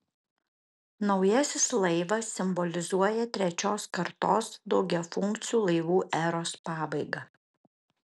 naujasis laivas simbolizuoja trečios kartos daugiafunkcių laivų eros pabaigą